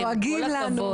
כל הכבוד.